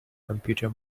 computer